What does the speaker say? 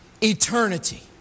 eternity